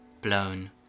blown